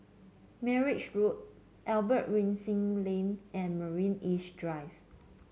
Marang Road Albert Winsemius Lane and Marina East Drive